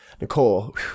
Nicole